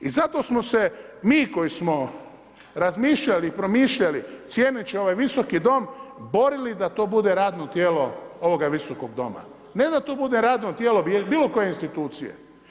I zato smo se mi koji smo razmišljali i promišljali cijeneći ovaj Visoki dom borili da to bude radno tijelo ovoga Visokog doma, ne da to bude radno tijelo bilo koje institucije.